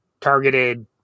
Targeted